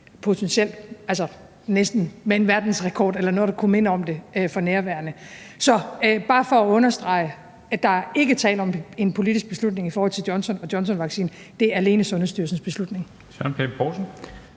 potentielt, næsten, med en verdensrekord eller med noget, der kunne minde om det, for nærværende. Så det er bare for at understrege, at der ikke er tale om en politisk beslutning i forhold til Johnson & Johnson-vaccinen. Det er alene Sundhedsstyrelsens beslutning. Kl.